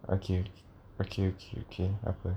okay okay okay okay tak apa